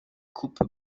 coupe